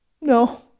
No